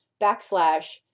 backslash